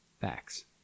Facts